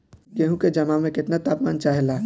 गेहू की जमाव में केतना तापमान चाहेला?